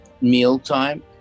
mealtime